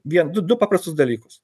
vien du paprastus dalykus